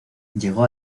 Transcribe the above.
llegó